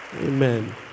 Amen